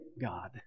God